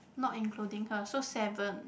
not including her so seven